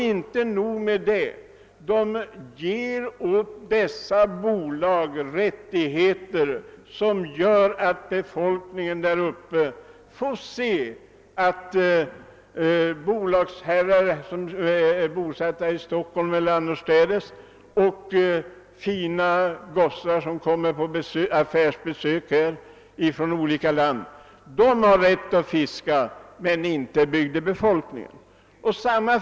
Man ger åt dessa bolag rättigheter, som gör att bolagsherrar bosatta i Stockholm eller annorstädes och fina gossar som kommer på affärsbesök från olika länder har rätt att fiska, men inte bygdebefolkningen. Detta måste befolkningen åse.